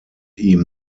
ihm